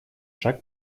шаг